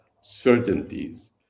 certainties